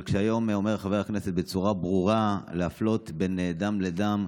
אבל כשהיום אומר חבר הכנסת בצורה ברורה להפלות בין דם לדם,